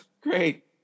great